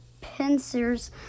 pincers